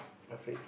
afraid